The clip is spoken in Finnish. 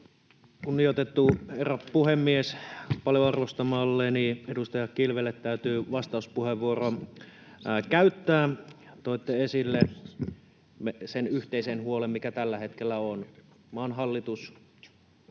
Kunnioitettu herra puhemies! Paljon arvostamalleni edustaja Kilvelle täytyy vastauspuheenvuoro käyttää. Toitte esille sen yhteisen huolen, mikä tällä hetkellä on: maan hallitus